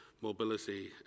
mobility